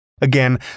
Again